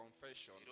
confession